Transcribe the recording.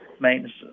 maintenance